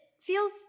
feels